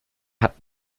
hat